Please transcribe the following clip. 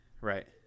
right